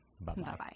Bye-bye